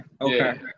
okay